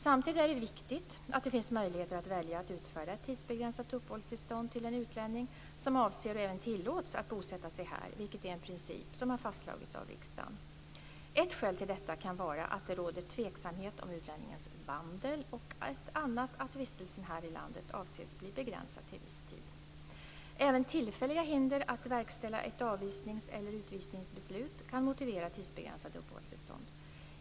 Samtidigt är det viktigt att det finns möjligheter att välja att utfärda ett tidsbegränsat uppehållstillstånd till en utlänning som avser och även tillåts att bosätta sig här, vilket är en princip som har fastslagits av riksdagen. Ett skäl till detta kan vara att det råder tveksamhet om utlänningens vandel och ett annat att vistelsen här i landet avses bli begränsad till viss tid. Även tillfälliga hinder att verkställa ett avvisningseller utvisningsbeslut kan motivera tidsbegränsade uppehållstillstånd.